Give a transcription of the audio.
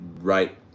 right